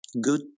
good